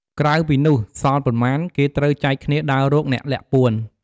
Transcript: ក្រៅពីនោះ សល់ប៉ុន្មាន គេត្រូវចែកគ្នាដើររកអ្នកលាក់ពួន។